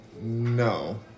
No